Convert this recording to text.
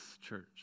church